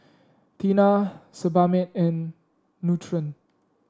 Tena Sebamed and Nutren